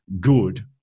good